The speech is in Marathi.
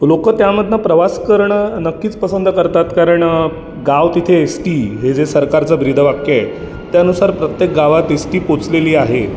लोकं त्यामधनं प्रवास करणं नक्कीच पसंत करतात कारण गाव तिथे एस टी हे जे सरकारचं ब्रीद वाक्य आहे त्यानुसार प्रत्येक गावात एस टी पोचलेली आहे